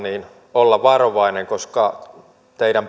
olla varovainen koska teidän